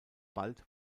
bald